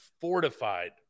fortified